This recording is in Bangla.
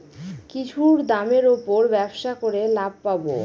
কিছুর দামের উপর ব্যবসা করে লাভ পাবো